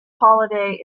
holiday